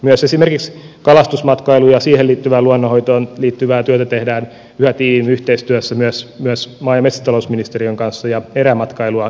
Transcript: myös esimerkiksi kalastusmatkailua ja siihen liittyvää luonnonhoitoon liittyvää työtä tehdään yhä tiiviimmin yhteistyössä maa ja metsätalousministeriön kanssa ja erämatkailua yhtä lailla